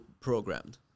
programmed